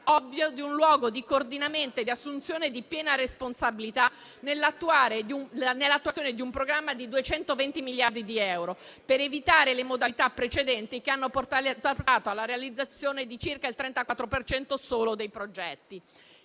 ovvia di un luogo di coordinamento e di assunzione di piena responsabilità nell'attuazione di un programma da 220 miliardi di euro, per evitare le modalità precedenti che hanno portato alla realizzazione di soltanto circa il 34 per cento dei progetti.